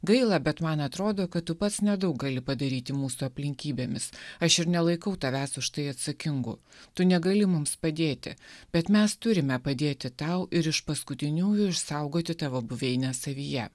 gaila bet man atrodo kad tu pats nedaug gali padaryti mūsų aplinkybėmis aš ir nelaikau tavęs už tai atsakingu tu negali mums padėti bet mes turime padėti tau ir iš paskutiniųjų išsaugoti tavo buveinę savyje